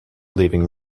leaving